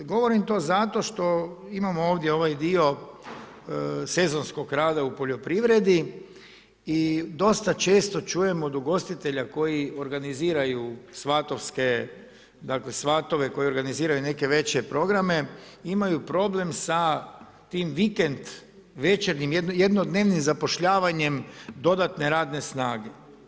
Govorim to zato što imamo ovdje ovaj dio sezonskog rada u poljoprivredi i dosta često čujemo od ugostitelja koji organiziraju svatovske, dakle, svatove koji organiziraju neke veće programe, imaju problem sa tim vikend, večernjim jednodnevnim zapošljavanjem dodatne radne snage.